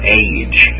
age